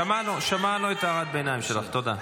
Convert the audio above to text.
תודה, שמענו את הערת הביניים שלך, תודה.